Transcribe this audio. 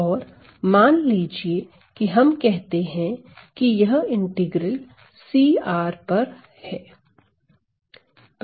और मान लीजिए कि हम कहते हैं कि यह इंटीग्रल CR पर है